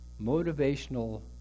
motivational